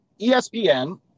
espn